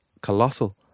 Colossal